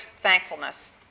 thankfulness